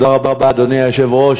אדוני היושב-ראש,